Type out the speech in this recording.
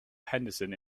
henderson